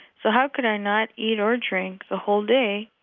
so how could i not eat or drink the whole day,